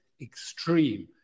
extreme